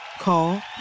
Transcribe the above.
Call